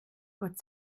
gott